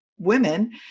women